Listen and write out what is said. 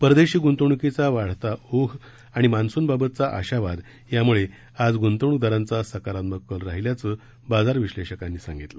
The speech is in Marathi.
परदेशी गुंतवणुकीचा वाढता ओघ आणि मान्सूनबाबतघा आशावाद यामुळे आज गुंतवणूकदारांचा सकारात्मक कल राहिल्याचं बाजार विश्लेषकांनी सांगितलं